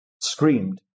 screamed